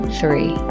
three